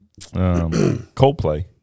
Coldplay